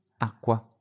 acqua